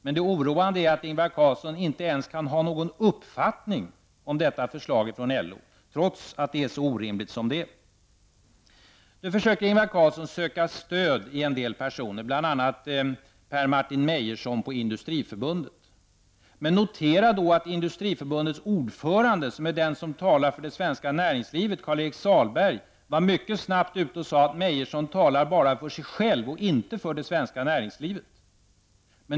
Men det oroande är att Ingvar Carlsson inte ens har någon uppfattning om detta förslag från LO, trots att det är så orimligt som det är. Nu försöker Ingvar Carlsson söka stöd hos en del personer, bl.a. Per-Martin Meyerson på Industriförbundet. Men man måste då notera att Industriförbundets ordförande Karl-Erik Sahlberg, som talar för det svenska näringslivet, mycket snabbt var ute och sade att Meyerson endast talade för sig själv och inte för det svenska näringslivet.